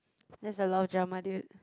that's a lot of drama dude